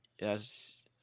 Yes